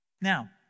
Now